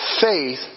faith